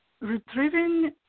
Retrieving